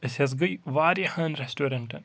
أسۍ حظ گٔیے واریاہَن ریٚسٹورَنٹَن